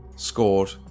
Scored